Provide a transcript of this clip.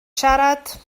siarad